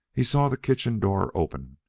he saw the kitchen door open,